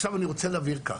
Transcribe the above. עכשיו אני רוצה להבהיר כך.